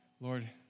Lord